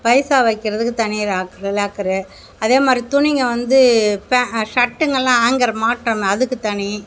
பைசா வைக்கிறதுக்கு தனியாக lock locker அதே மாதிரி துணிங்க வந்து பே சர்ட்டெங்கலாம் ஆங்கர் மாட்டுறோமே அதுக்கு தனி